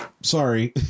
Sorry